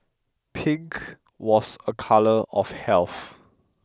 pink was a colour of health